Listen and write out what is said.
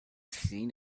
seen